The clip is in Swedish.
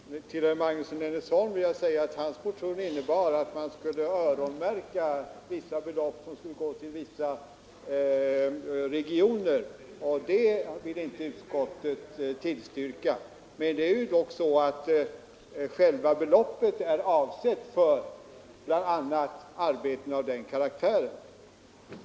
Fru talman! Till herr Magnusson i Nennesholm vill jag säga att hans motion innebar att man skulle öronmärka vissa belopp som skulle gå till särskilda regioner, och det vill inte utskottet tillstyrka. Det är dock så att själva beloppet är avsett för bl.a. arbeten av den karaktär som herr Magnusson avser.